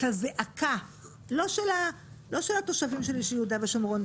הזעקה לא של התושבים של יהודה ושומרון,